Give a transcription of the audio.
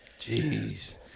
Jeez